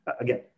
again